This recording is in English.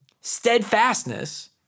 Steadfastness